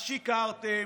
אז שיקרתם,